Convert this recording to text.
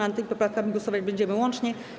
Nad tymi poprawkami głosować będziemy łącznie.